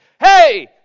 Hey